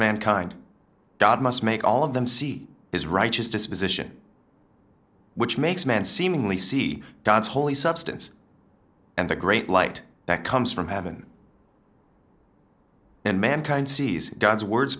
mankind must make all of them see his righteous disposition which makes men seemingly see god's holy substance and the great light that comes from heaven and mankind sees god's words